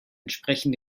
entsprechen